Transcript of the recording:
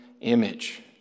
image